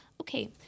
okay